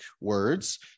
words